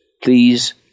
Please